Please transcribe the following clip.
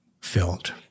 filled